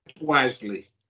wisely